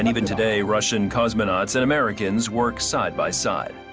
and even today, russian cosmonauts and americans work side by side.